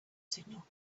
signal